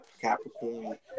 Capricorn